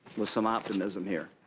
with some optimism here.